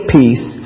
peace